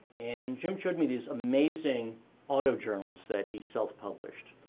and jim showed me these amazing auto journals that he self-published.